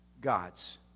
God's